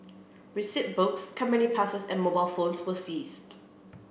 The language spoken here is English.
receipt books company passes and mobile phones were seized